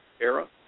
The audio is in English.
era